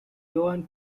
joan